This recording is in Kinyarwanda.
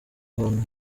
ahantu